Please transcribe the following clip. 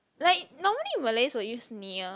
like normally Malays will use [nia]